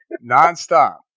Non-stop